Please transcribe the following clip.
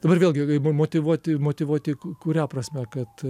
dabar vėlgi mm motyvuoti motyvuoti kuria prasme kad